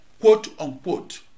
quote-unquote